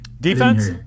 Defense